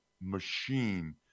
machine